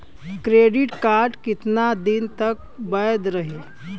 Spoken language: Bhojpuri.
क्रेडिट कार्ड कितना दिन तक वैध रही?